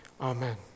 Amen